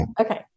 Okay